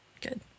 Good